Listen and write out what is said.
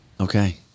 Okay